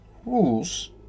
Rules